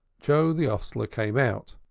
joe the hostler came out.